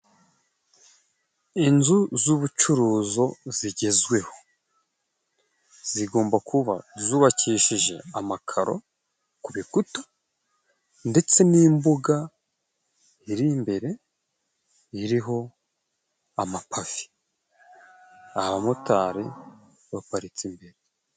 Inzu z'ubucuruzo zigezweho , zigomba kuba zubakishije amakaro ku bikuta, ndetse n'imbuga iri imbere iriho amapave abamotari baparitse imbere.